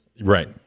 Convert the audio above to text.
right